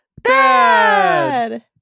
bad